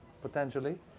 potentially